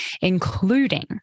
including